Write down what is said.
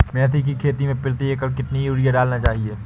मेथी के खेती में प्रति एकड़ कितनी यूरिया डालना चाहिए?